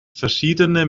verschiedene